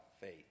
faith